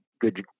good